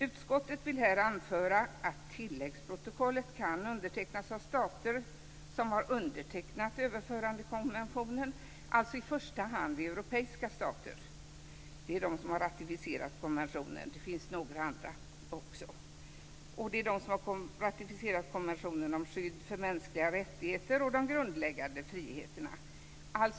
Utskottet vill här anföra att tilläggsprotokollet kan undertecknas av stater som har undertecknat överförandekonventionen - alltså i första hand europeiska stater som har ratificerat konventionen om skydd för mänskliga rättigheter och de grundläggande friheterna, men det gäller också några andra.